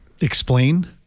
explain